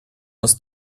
нас